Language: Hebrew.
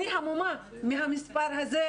אני המומה מהמספר הזה.